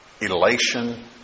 Elation